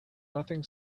nothing